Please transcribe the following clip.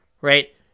Right